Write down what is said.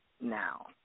now